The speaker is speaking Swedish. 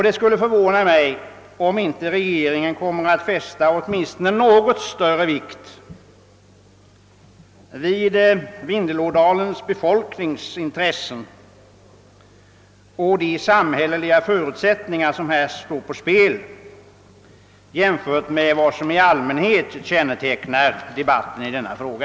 Det skulle förvåna mig om inte regeringen kommer att fästa åtminstone något större vikt vid Vindelådalens befolknings intressen och de samhälleliga förutsättningar som står på spel än vad som i allmänhet sker i debatten i denna fråga.